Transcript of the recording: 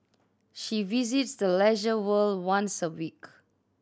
she visits the Leisure World once a week